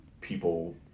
people